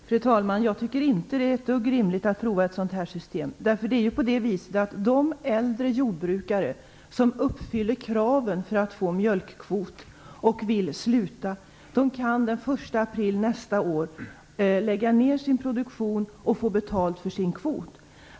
Fru talman! Jag tycker inte att det är ett dugg rimligt att pröva ett sådant system. De äldre jordbrukare som uppfyller kraven att få mjölkkvot och vill sluta kan den 1 april nästa år lägga ner sin produktion och få betalt för sin kvot.